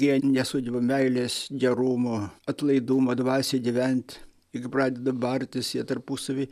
jie nesugeba meilės gerumo atlaidumo dvasioj gyvent i kai pradeda bartis jie tarpusavy